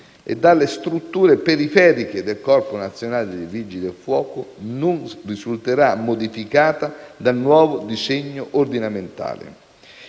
e dalle strutture periferiche del Corpo nazionale dei vigili del fuoco, non risulterà modificata dal nuovo disegno ordinamentale,